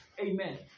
Amen